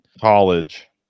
college